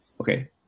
Okay